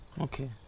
Okay